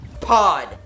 Pod